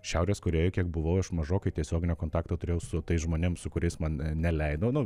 šiaurės korėjoj kiek buvau aš mažokai tiesioginio kontakto turėjau su tais žmonėm su kuriais man neleido nu